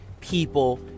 people